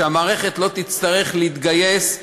שהמערכת לא תצטרך להתגייס,